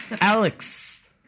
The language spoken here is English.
Alex